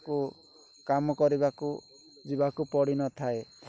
ଓ କାମ କରିବାକୁ ଯିବାକୁ ପଡ଼ିନଥାଏ